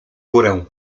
górę